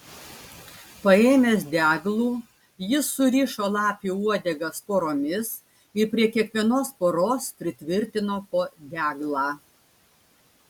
paėmęs deglų jis surišo lapių uodegas poromis ir prie kiekvienos poros pritvirtino po deglą